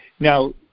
Now